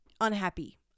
unhappy